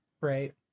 right